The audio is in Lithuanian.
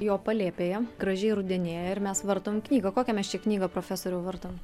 jo palėpėje gražiai rudenėja ir mes vartom knygą kokią mes čia knygą profesoriau vartom